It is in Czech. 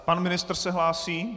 Pan ministr se hlásí.